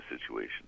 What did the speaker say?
situation